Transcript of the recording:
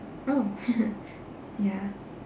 mm ya